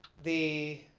the